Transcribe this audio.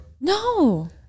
No